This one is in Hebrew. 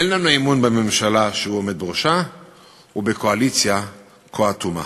אין לנו אמון בממשלה שהוא עומד בראשה ובקואליציה כה אטומה.